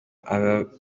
abi